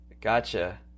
Gotcha